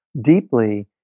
deeply